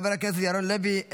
חבר הכנסת ירון לוי,